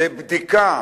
לבדיקה